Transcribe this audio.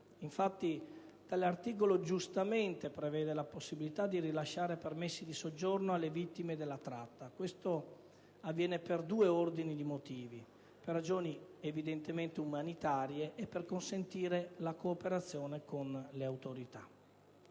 Infatti, tale articolo giustamente prevede la possibilità di rilasciare permessi di soggiorno alle vittime della tratta. Questo avviene per due ordini di motivi, per ragioni umanitarie e per consentire la cooperazione con le autorità.